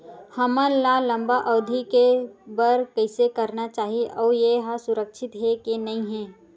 हमन ला लंबा अवधि के बर कइसे करना चाही अउ ये हा सुरक्षित हे के नई हे?